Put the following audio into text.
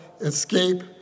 escape